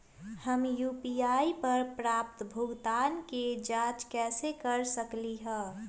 हम यू.पी.आई पर प्राप्त भुगतान के जाँच कैसे कर सकली ह?